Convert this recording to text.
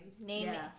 name